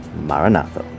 maranatha